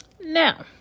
now